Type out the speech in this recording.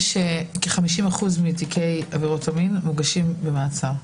שכ-50% מתיקי עבירות המין מוגשים במעצר.